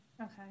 okay